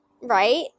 right